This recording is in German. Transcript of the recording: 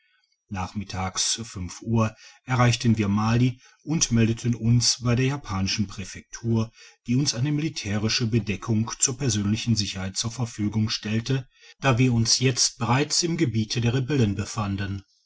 nachmittags fünf uhr erreichten wir mali und meldeten uns bei der japanischen präfektur die uns eine militärische bedeckung zur persönlichen sicherheit zur verfügung stellte da wir uns jetzt bereits im gebiete der rebellen befanden